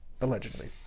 allegedly